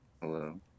Hello